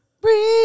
Breathe